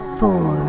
four